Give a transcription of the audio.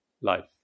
life